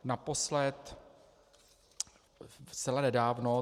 Naposled zcela nedávno.